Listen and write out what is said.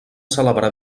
celebrar